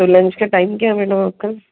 तो लंच का टाइम क्या है मैडम आपका